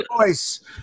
voice